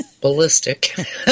ballistic